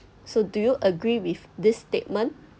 so do you agree with this statement